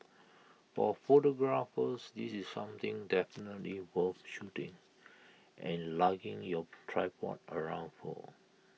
for photographers this is something definitely worth shooting and lugging your tripod around for